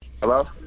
Hello